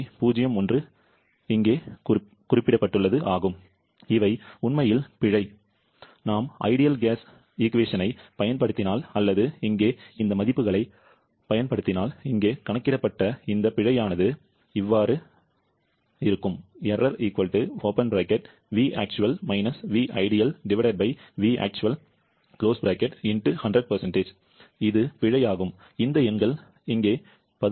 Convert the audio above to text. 01 இங்கே இவை உண்மையில் பிழை நாம் சிறந்த வாயு சமன்பாட்டைப் பயன்படுத்தினால் அல்லது இங்கே இந்த மதிப்புகளைப் பயன்படுத்தினால் இங்கே கணக்கிடப்பட்ட இந்த பிழை ஆனது இது பிழை இந்த எண்கள் இங்கே 17